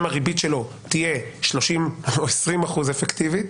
הריבית שלו תהיה 30% או 20% אפקטיבית,